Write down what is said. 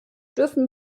dürfen